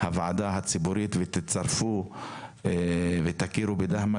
הוועדה הציבורית ותצרפו ותכירו בדהמש